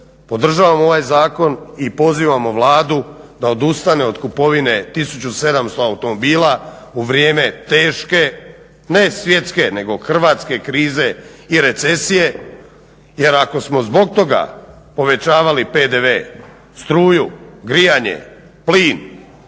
Podržavam ovaj zakon i pozivamo Vladu da odustane od kupovine 1700 automobila u vrijeme teške ne svjetske nego hrvatske krize i recesije jer ako smo zbog toga povećavali PDV, struju, plin,